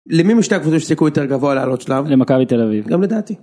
למי משתי הקבוצות יש סיכוי יותר גבוה לעלות שלב? למכבי תל אביב. גם לדעתי.